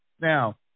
Now